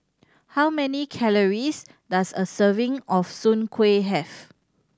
how many calories does a serving of Soon Kueh have